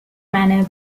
manner